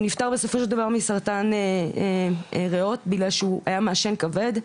הוא נפטר בסופו של דבר מסרטן ריאות בגלל שהוא היה מעשן כבד.